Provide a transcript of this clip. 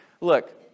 Look